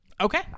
okay